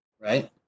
right